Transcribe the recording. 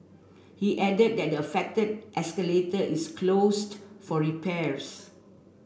he added that the affected escalator is closed for repairs